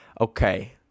Okay